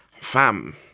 Fam